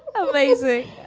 ah lazy.